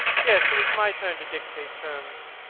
yes, it is my turn to dictate terms,